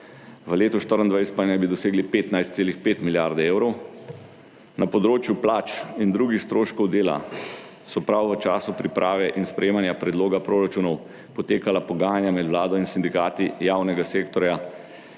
v letu 2024 pa naj bi dosegli 15,5 milijard evrov. Na področju plač in drugih stroškov dela so prav v času priprave in sprejemanja predloga proračunov potekala pogajanja med Vlado in Sindikati javnega sektorja